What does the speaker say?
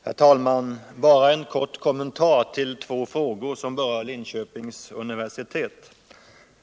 Herr talman! Bara en kort kommentar till två frågor som berör Linköpings universitet.